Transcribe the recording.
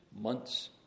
months